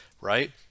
right